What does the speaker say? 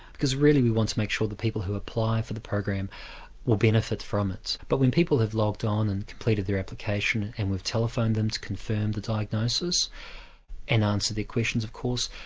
because really we want to make sure the people who apply for the program will benefit from it. but when people have logged on and completed their application and we've telephoned them to confirm the diagnosis and answered their questions of course,